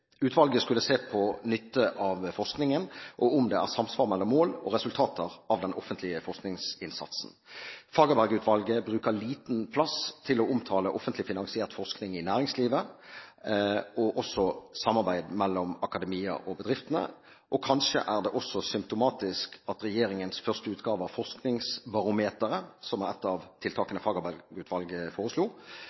Utvalget skulle se på nytte av forskningen og om det er samsvar mellom mål og resultater av den offentlige forskningsinnsatsen. Fagerberg-utvalget bruker liten plass til å omtale offentlig finansiert forskning i næringslivet og også samarbeid mellom akademia og bedriftene, og kanskje er det også symptomatisk at regjeringens første utgave at Forskningsbarometeret, som er ett av tiltakene Fagerberg-utvalget foreslo,